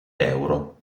euro